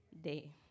day